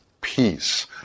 peace